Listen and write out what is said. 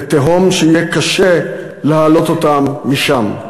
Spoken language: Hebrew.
לתהום שיהיה קשה להעלות אותם משם.